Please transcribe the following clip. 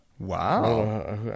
Wow